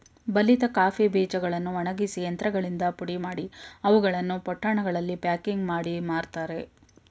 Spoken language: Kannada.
ಬಲಿತ ಕಾಫಿ ಬೀಜಗಳನ್ನು ಒಣಗಿಸಿ ಯಂತ್ರಗಳಿಂದ ಪುಡಿಮಾಡಿ, ಅವುಗಳನ್ನು ಪೊಟ್ಟಣಗಳಲ್ಲಿ ಪ್ಯಾಕಿಂಗ್ ಮಾಡಿ ಮಾರ್ತರೆ